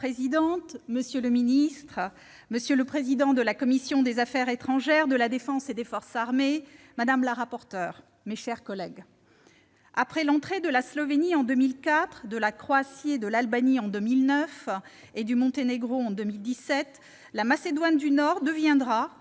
Madame la présidente, monsieur le secrétaire d'État, monsieur le président de la commission des affaires étrangères, de la défense et des forces armées, madame le rapporteur, mes chers collègues, après l'entrée de la Slovénie en 2004, de la Croatie et de l'Albanie en 2009, et du Monténégro en 2017, la Macédoine du Nord deviendra,